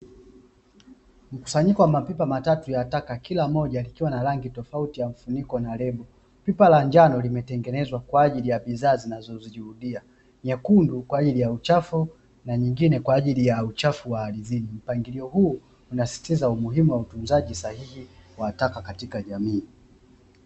Mkusanyiko wa mapipa matatu ya taka, kila moja likiwa na rangi tofauti ya mfuniko na lebo. Pipa la njano limetengenezwa kwa ajili ya bidhaa zinazojirudia, nyekundu kwa ajili ya uchafu na nyingine kwaajili ya uchafu wa ardhini. Mpangilio huu unasisitiza umuhimu wa utunzaji sahihi wa taka katika jamii.